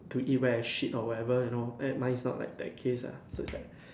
to eat where I shit or whatever you know eh mine is not like that case lah so it's like